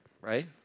right